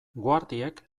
guardiek